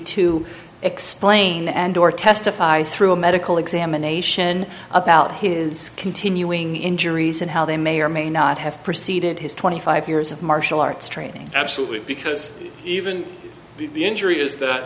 to explain and or testify through a medical examination about his continuing injuries and how they may or may not have preceded his twenty five years of martial arts training absolutely because even the injury is